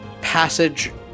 passage